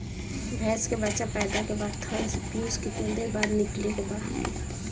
भैंस के बच्चा पैदा के बाद थन से पियूष कितना देर बाद निकले के बा?